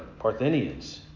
Parthenians